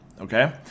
okay